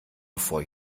bevor